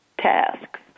tasks